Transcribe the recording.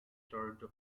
toronto